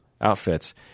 outfits